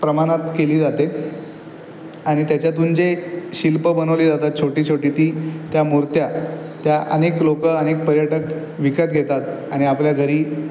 प्रमाणात केली जाते आणि त्याच्यातून जे शिल्पं बनवली जातात छोटीछोटी ती त्या मूर्त्या त्या अनेक लोकं अनेक पर्यटक विकत घेतात आणि आपल्या घरी